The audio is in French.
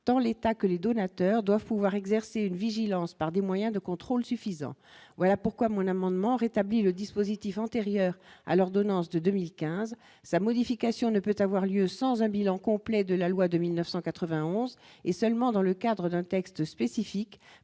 tant l'État que les donateurs doivent pouvoir exercer une vigilance par des moyens de contrôle suffisants, voilà pourquoi mon amendement rétablit le dispositif antérieur à l'ordonnance de 2015 sa modification ne peut avoir lieu sans un bilan complet de la loi de 1991 et seulement dans le cadre d'un texte spécifique